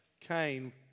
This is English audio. Cain